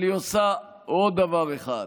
אבל היא עושה עוד דבר אחד,